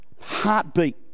heartbeat